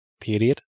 period